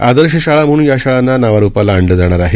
आदर्श शाळा म्हणून या शाळांना नावारुपाला आणलं जाणार आहे